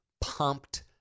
pumped